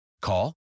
Call